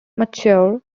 mature